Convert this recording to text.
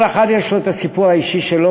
כל אחד יש לו את הסיפור האישי שלו,